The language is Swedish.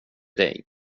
dig